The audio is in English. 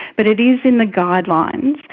but it is in the guidelines,